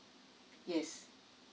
yes